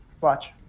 watch